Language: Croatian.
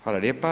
Hvala lijepa.